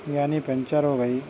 یعنی پنچر ہو گئی